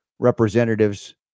Representatives